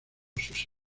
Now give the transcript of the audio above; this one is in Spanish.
sus